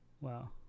Wow